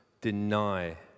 deny